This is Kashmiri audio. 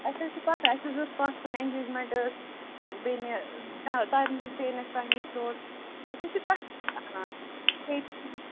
اَسہِ حظ چھِ پَتاہ اَسہِ حظ اوس پَتھ کُن انگیجمٮ۪نٛٹ ٲس بیٚنہِ تہ تَمہِ وِزِ تہِ أنۍ اَسہِ تۄہہِ نِش ژوٚٹ أسۍ حظ چھِ تۄہہِ